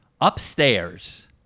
upstairs